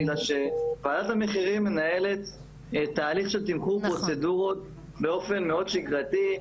מפני שוועדת המחירים מנהלת תהליך של תמחור פרוצדורות באופן מאוד שגרתי.